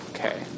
Okay